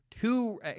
two